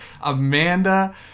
Amanda